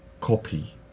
copy